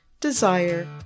desire